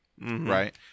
Right